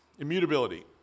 Immutability